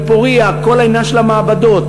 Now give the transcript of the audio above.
בפורייה כל העניין של המעבדות,